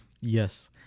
Yes